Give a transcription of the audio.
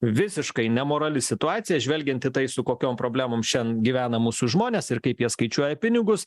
visiškai nemorali situacija žvelgianti į tai su kokiom problemom šian gyvena mūsų žmonės ir kaip jie skaičiuoja pinigus